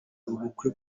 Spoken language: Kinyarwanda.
ubukwe